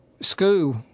school